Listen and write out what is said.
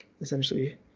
essentially